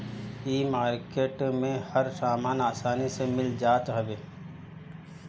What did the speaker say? इ मार्किट में हर सामान आसानी से मिल जात हवे